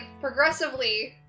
progressively